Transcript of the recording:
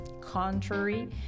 contrary